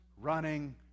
running